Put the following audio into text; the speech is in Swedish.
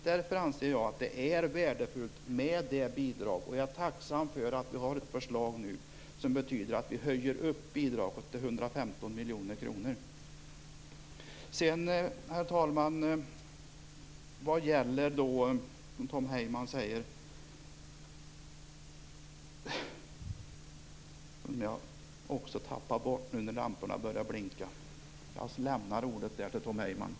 Därför anser jag att det är värdefullt med ett sådant här bidrag. Jag är tacksam för att det nu föreligger ett förslag som, om det genomförs, betyder att vi höjer bidraget till 115 miljoner kronor. Herr talman! Tom Heyman säger ... Jag tappade bort vad jag skulle säga när lamporna på mitt bord började blinka, så jag låter Tom Heyman få ordet.